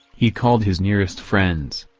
he called his nearest friends.